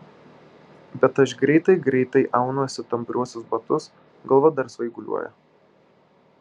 bet aš greitai greitai aunuosi tampriuosius batus galva dar svaiguliuoja